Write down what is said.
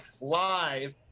Live